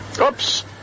Oops